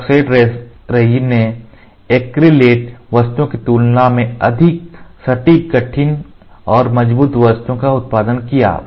epoxy resin ने acrylate वस्तुओं की तुलना में अधिक सटीक कठिन और मजबूत वस्तुओं का उत्पादन किया